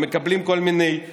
אבל ביחד אפשר לנענע אותם,